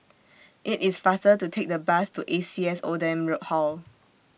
IT IS faster to Take The Bus to A C S Oldham Hall